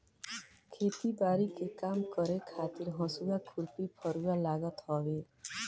खेती बारी के काम करे खातिर हसुआ, खुरपी, फरुहा लागत हवे